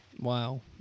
Wow